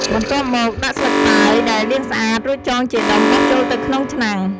បន្ទាប់មក ដាក់ស្លឹកតើយដែលលាងស្អាត រួចចងជាដុំបោះចូលទៅក្នុងឆ្នាំង។